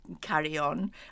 carry-on